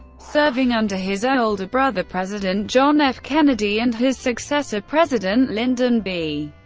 serving under his older brother president john f. kennedy and his successor, president lyndon b.